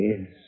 yes